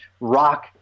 rock